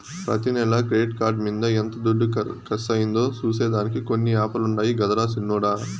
ప్రతి నెల credit card మింద ఎంత దుడ్డు కర్సయిందో సూసే దానికి కొన్ని యాపులుండాయి గదరా సిన్నోడ